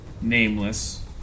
Nameless